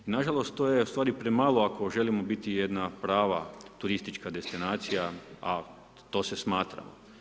I nažalost to je ustvari premalo ako želimo biti jedna prava turistička destinacija a to se smatra.